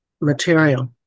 material